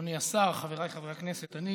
אדוני השר, חבריי חברי הכנסת, אני